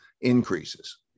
increases